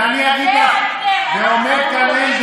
ואני אגיד לך, זה ההבדל.